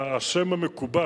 השם המקובל,